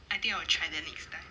I think I'll try that next time